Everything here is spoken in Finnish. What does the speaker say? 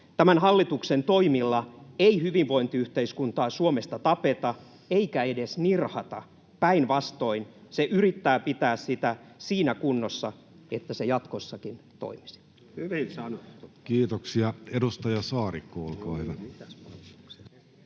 ”Tämän hallituksen toimilla ei hyvinvointiyhteiskuntaa Suomesta tapeta eikä edes nirhata. Päinvastoin se yrittää pitää sitä siinä kunnossa, että se jatkossakin toimisi.” Kiitoksia. — Edustaja Saarikko, olkaa hyvä.